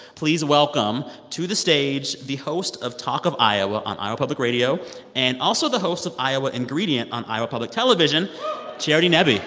please welcome to the stage the host of talk of iowa on iowa public radio and also the host of iowa ingredient on iowa public television charity nebbe